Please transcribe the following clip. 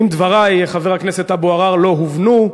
אם דברי, חבר הכנסת אבו עראר, לא הובנו,